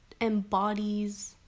embodies